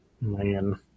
Man